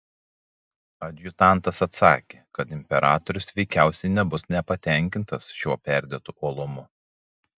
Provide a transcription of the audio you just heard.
adjutantas atsakė kad imperatorius veikiausiai nebus nepatenkintas šiuo perdėtu uolumu